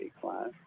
class